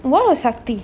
what about saktil